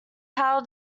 how